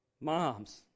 Moms